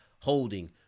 holding